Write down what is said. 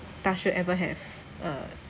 touch wood ever have uh